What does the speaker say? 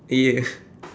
okay